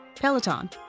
Peloton